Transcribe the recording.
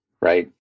right